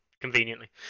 conveniently